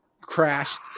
crashed